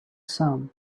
some